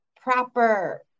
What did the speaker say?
proper